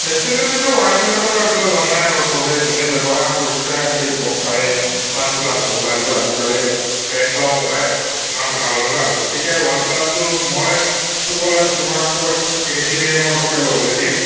ফেচেলিটিটো ওৱান প্লাছৰটো জানাই আৰু চবে যোনে ব্য়ৱহাৰ কৰিছে সি গম পাইয়ে ওৱান প্লাছ মোবাইলটো আজিকালি ব্ৰেণ্ডৰ মোবাইল ইমান ভাল মোবাইল গতিকে ওৱান প্লাছটো মই তোমাকতো এইট জি বি ৰেমৰটোকে ল'বলৈ দিম